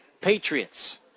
Patriots